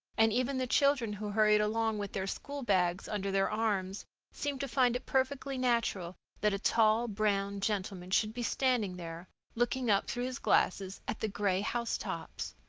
and even the children who hurried along with their school-bags under their arms seemed to find it perfectly natural that a tall brown gentleman should be standing there, looking up through his glasses at the gray housetops.